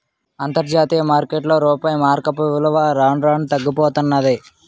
అంతర్జాతీయ మార్కెట్లో రూపాయి మారకపు విలువ రాను రానూ తగ్గిపోతన్నాది